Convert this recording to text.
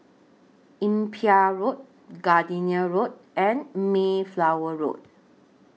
Imbiah Road Gardenia Road and Mayflower Road